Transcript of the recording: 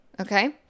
okay